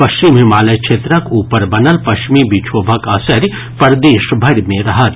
पश्चिम हिमालय क्षेत्रक ऊपर बनल पश्चिमी विक्षोभक असरि प्रदेशभरि मे रहत